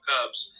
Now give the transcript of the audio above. Cubs